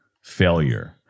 failure